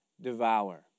devour